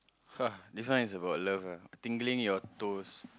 this one is about love ah tingling your toes